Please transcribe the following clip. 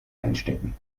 einstecken